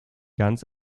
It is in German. ganz